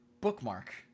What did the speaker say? bookmark